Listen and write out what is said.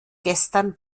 gestern